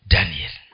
Daniel